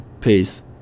Peace